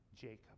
Jacob